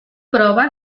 prova